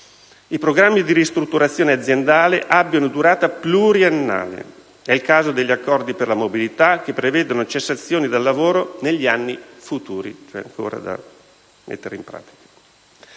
i programmi di ristrutturazione aziendale abbiano durata pluriennale (è il caso degli accordi per la mobilità che prevedono cessazioni dal lavoro negli anni futuri,